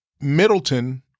Middleton